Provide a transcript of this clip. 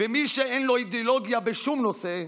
ומי שאין לו אידיאולוגיה בשום נושא,